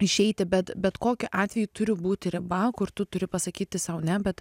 išeiti bet bet kokiu atveju turi būti riba kur tu turi pasakyti sau ne bet